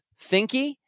thinky